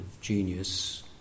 genius